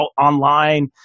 online